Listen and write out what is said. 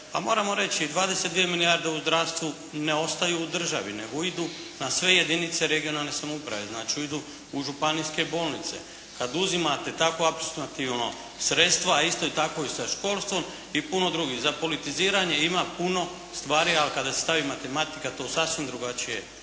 moramo reći 22 milijarde u zdravstvu ne ostaju u državi, nego idu na sve jedinice regionalne samouprave. Znači idu u županijske bolnice. Kada uzimate tako …/Govornik se ne razumije./… sredstva, a isto je tako i sa školstvom i puno drugih. Za politiziranje ima puno stvari, ali kada se stavi matematika to sasvim drugačije